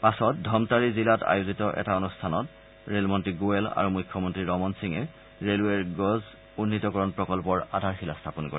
পাছত ধমটাৰী জিলাত আয়োজিত এটা অনুষ্ঠানত ৰেলমন্ত্ৰী গোৱেল আৰু মুখ্যমন্ত্ৰী ৰমন সিঙে ৰে লৱেৰ গজ উন্নীতকৰণ প্ৰকল্পৰ আধাৰশিলা স্থাপন কৰে